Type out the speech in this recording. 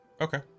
Okay